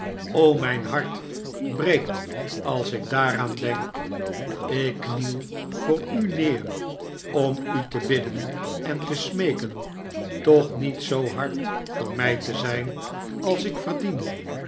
o mijn hart breekt als ik daaraan denk ik kniel voor u neer om u te bidden en te smeeken toch niet zoo hard voor mij te zijn als ik verdien